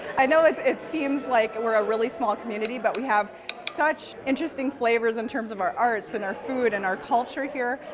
i know it's it's seems like and we're a really small community but we have such interesting flavors in terms of our arts, and our food and our culture here.